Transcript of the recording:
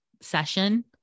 session